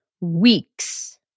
weeks